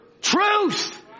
Truth